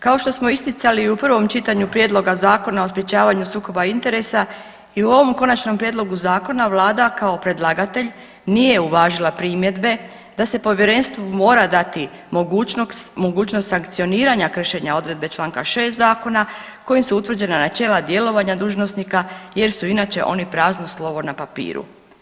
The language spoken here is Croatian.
Kao što smo isticali i u prvom čitanju Prijedloga zakona o sprječavanju sukoba interesa i u ovom Konačnom prijedlogu zakona Vlada kao predlagatelj nije uvažila primjedbe da se Povjerenstvu mora dati mogućnost sankcioniranja kršenja odredbe članka 6. Zakona kojim su utvrđena načela djelovanja dužnosnika jer su inače oni prazno slovo na papiru.